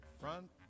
front